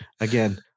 again